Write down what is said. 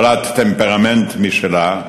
בעלת טמפרמנט משלה,